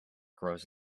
grows